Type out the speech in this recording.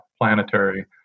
planetary